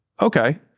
Okay